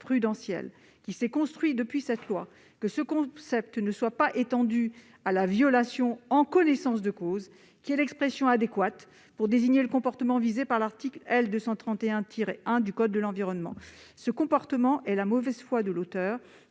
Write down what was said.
qui s'est construit depuis cette loi, que ce concept ne soit pas étendu à la violation « en connaissance de cause », qui est l'expression adéquate pour désigner le comportement visé par l'article L. 231-1 du code de l'environnement. Ce comportement correspond à une mauvaise foi de la